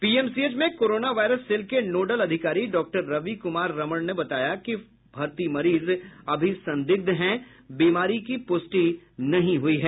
PMCH में corona virus cell के nodal अधिकारी डॉक्टर रवि कुमार रमण ने बताया कि भर्ती मरीज अभी संदिग्ध है बीमारी की पुष्टि नहीं हुई है